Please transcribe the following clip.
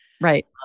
Right